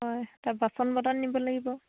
হয় ত বাচন বৰ্তন নিব লাগিব